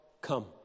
come